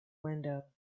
window